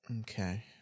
Okay